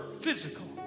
physical